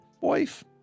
wife